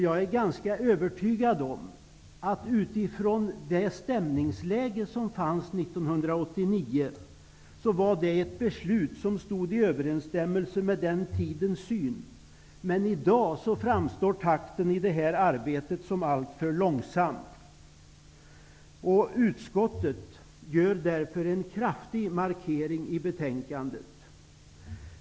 Jag är ganska övertygad om att 1989 års beslut stod i överensstämmelse med den tidens samhällssyn. Men i dag framstår takten i arbetet som alltför långsamt. Utskottet gör därför en kraftig markering i betänkandet.